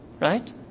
Right